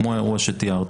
כמו האירוע שתיארת,